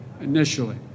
initially